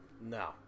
No